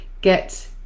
get